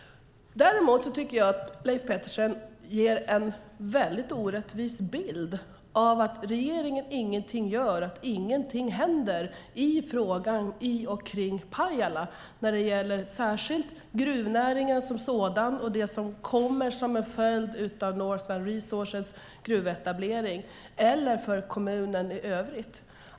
Däremot tycker jag att Leif Pettersson ger en väldigt orättvis bild när han säger att regeringen ingenting gör och att ingenting händer i fråga om Pajala, särskilt vad gäller gruvnäringen som sådan och det som är en följd av Northland Resources gruvetablering, och också kommunen i övrigt.